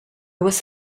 was